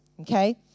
okay